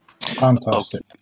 Fantastic